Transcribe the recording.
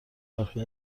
برخی